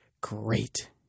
Great